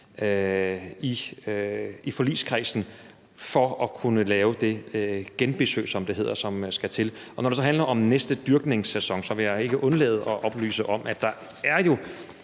i forligskredsen for at kunne lave det genbesøg, som det hedder, og som skal til. Og når det så handler om næste dyrkningssæson, vil jeg ikke undlade at oplyse om, at der jo